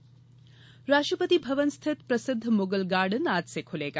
Mughal garden Rashtrapati Bhavan स्थित प्रसिद्ध Mughal garden आज से खुलेगा